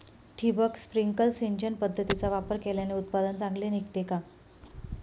ठिबक, स्प्रिंकल सिंचन पद्धतीचा वापर केल्याने उत्पादन चांगले निघते का?